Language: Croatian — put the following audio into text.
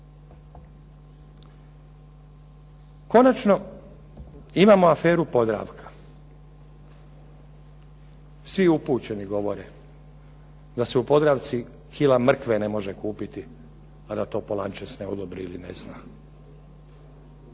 Konačno, imamo aferu Podravka. Svi upućeni govore da se u Podravci kila mrkve ne može kupiti a da to Polančec ne odobri ili ne zna.